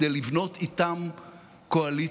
כדי לבנות איתם קואליציה.